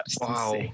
wow